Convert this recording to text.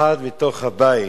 שאחד מתוך הבית,